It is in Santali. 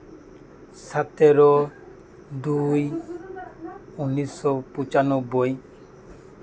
ᱟᱛᱮᱨᱳ ᱫᱩᱭ ᱩᱱᱤᱥᱥᱚ ᱯᱸᱪᱟᱱᱳᱵᱵᱚᱭ